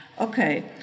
Okay